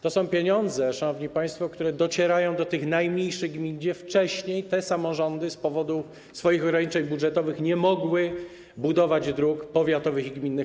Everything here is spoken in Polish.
To są pieniądze, szanowni państwo, które docierają do tych najmniejszych gmin - wcześniej te samorządy z powodu swoich ograniczeń budżetowych nie mogły budować dróg powiatowych i gminnych.